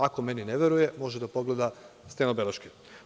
Ako mi ne veruje, može da pogleda steno beleške.